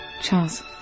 Charles